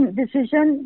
decision